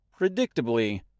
predictably